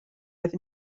oedd